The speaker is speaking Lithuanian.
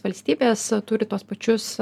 valstybės turi tuos pačius